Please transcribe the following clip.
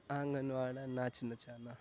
آنگن واڑا ناچ نچانا